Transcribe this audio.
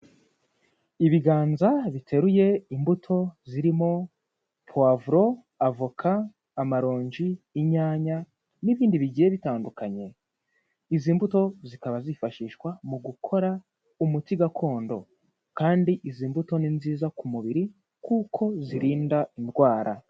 Ibiganza biteruye imbuto zirimo puwavuro, avoka, amaronji, inyanya n'ibindi bigiye bitandukanye. Izi mbuto zikaba zifashishwa mu gukora umuti gakondo kandi izi mbuto ni nziza ku mubiri kuko zirinda indwara.